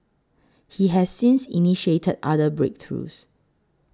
he has since initiated other breakthroughs